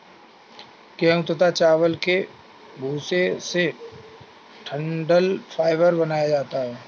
गेहूं तथा चावल के भूसे से डठंल फाइबर बनाया जाता है